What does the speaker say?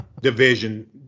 division